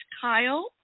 Kyle